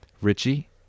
Richie